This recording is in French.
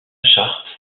charte